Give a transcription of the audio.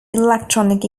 electronic